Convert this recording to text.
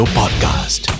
podcast